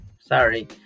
sorry